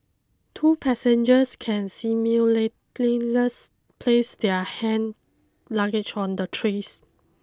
two passengers can place their hand luggage on the trays